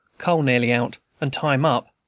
coal nearly out, and time up,